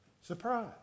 Surprise